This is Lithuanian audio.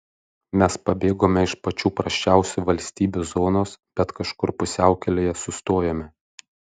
mes pabėgome iš pačių prasčiausių valstybių zonos bet kažkur pusiaukelėje sustojome